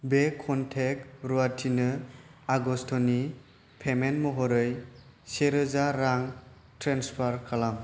बे कनटेक्ट रुवाथिनो आगष्ट'नि पेमेन्ट महरै सेरोजा रां ट्रेन्सफार खालाम